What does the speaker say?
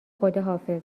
خداحافظ